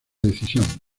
decisión